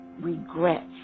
regrets